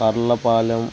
Varlapalem